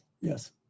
yes